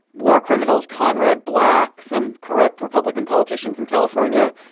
war criminals, conrad black, some corrupt republican politician from california.